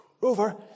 Rover